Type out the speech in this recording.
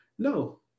No